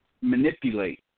manipulate